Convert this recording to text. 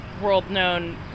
world-known